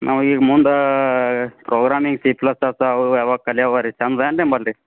ನಮ್ಗೆ ಈಗ ಮುಂದೆ ಪ್ರೋಗ್ರಾಮಿಂಗ್ ಸಿ ಪ್ಲಸ್ ಪ್ಲಸ್ ಅವು ಯಾವ ಕಲ್ಯಾವಾರಿ